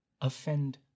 offend